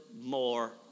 more